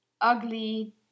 ugly